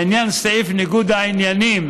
לעניין סעיף ניגוד העניינים